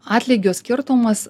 atlygio skirtumas